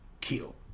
kill